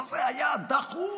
אבל זה היה דחוף.